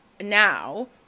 now